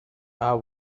are